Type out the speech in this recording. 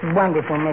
wonderful